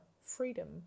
freedom